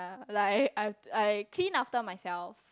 yeah like I have to I clean after myself